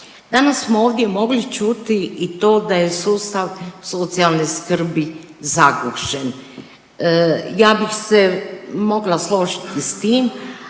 Danas smo ovdje mogli čuti i to da je sustav socijalne skrbi zagušen. Ja bih se mogla složiti s tim,